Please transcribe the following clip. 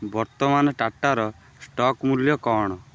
ବର୍ତ୍ତମାନ ଟାଟାର ଷ୍ଟକ୍ ମୂଲ୍ୟ କ'ଣ